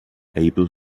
able